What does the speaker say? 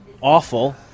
awful